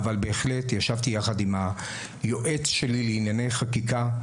אבל בהחלט ישבתי יחד עם היועץ שלי לענייני חקיקה,